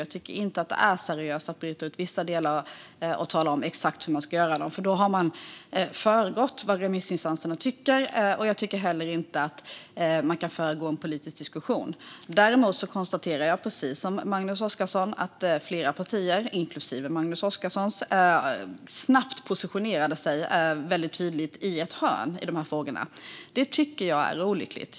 Jag tycker inte att det är seriöst att bryta ut vissa delar och tala om exakt hur man ska göra, för då har man föregått vad remissinstanserna tycker. Jag tycker heller inte att man kan föregå en politisk diskussion. Däremot konstaterar jag, precis som Magnus Oscarsson, att flera partier, inklusive Magnus Oscarssons, snabbt positionerade sig väldigt tydligt i ett hörn i dessa frågor. Det tycker jag är olyckligt.